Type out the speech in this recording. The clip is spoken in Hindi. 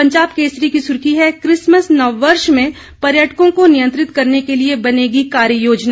पंजाब केसरी की सुर्खी है किसमस नववर्ष में पर्यटकों को नियन्त्रित करने के लिए बनेगी कार्य योजना